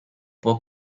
può